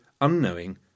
unknowing